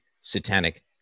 satanic